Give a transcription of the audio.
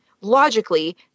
logically